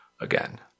again